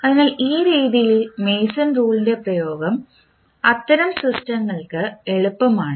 അതിനാൽ ഈ രീതിയിൽ മേസൺ റൂളിൻറെ പ്രയോഗം അത്തരം സിസ്റ്റങ്ങൾക്ക് എളുപ്പമാണ്